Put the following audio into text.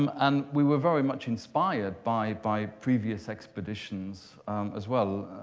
um and we were very much inspired by by previous expeditions as well,